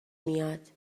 میاد